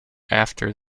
after